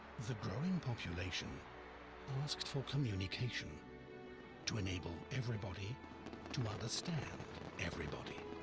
the growing population asked for communication to enable everybody to understand everybody.